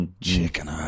Chicken